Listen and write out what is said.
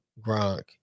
Gronk